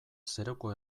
zeruko